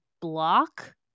block